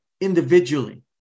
individually